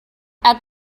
add